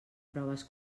proves